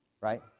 right